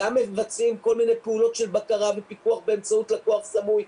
גם מבצעים כל מיני פעולות של בקרה ופיקוח באמצעות לקוח סמוי,